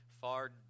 far